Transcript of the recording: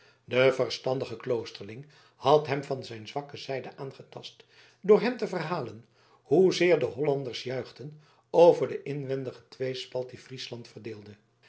de verstandige kloosterling had hem van zijn zwakke zijde aangetast door hem te verhalen hoezeer de hollanders juichten over de inwendige tweespalt die friesland verdeelde